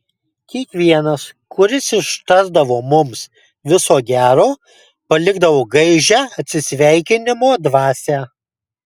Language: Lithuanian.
kiekvienas kuris ištardavo mums viso gero palikdavo gaižią atsisveikinimo dvasią